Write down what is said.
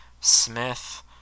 smith